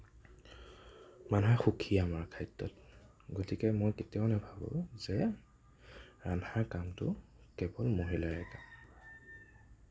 মানুহে সুখী আমাৰ খাদ্যত গতিকে মই কেতিয়াও নাভাবোঁ যে ৰন্ধা কামটো কেৱল মহিলাৰে কাম